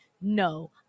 No